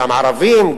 גם ערבים,